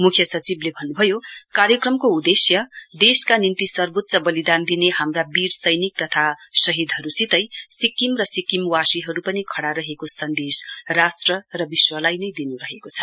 मुख्यसचिवले भन्नभयो कार्यक्रमको उद्देश्य देशका निम्ति सर्वोच्च बलिदान दिने हाम्रा बीर सैनिक तथा शहीदहरूसितै सिक्किम र सिक्किमवासीहरू पनि खडा रहेको सन्देश राष्ट्र र विश्वलाई नै दिनु रहेको छ